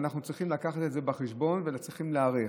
ואנחנו צריכים לקחת את זה בחשבון וצריכים להיערך.